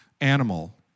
animal